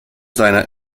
seiner